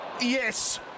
Yes